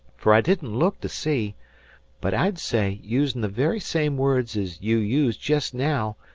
fer i didn't look to see but i'd say, using the very same words ez you used jest now,